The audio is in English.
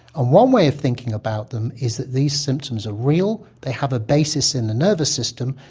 one way of thinking about them is that these symptoms are real, they have a basis in the nervous system,